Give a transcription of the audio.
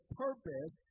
purpose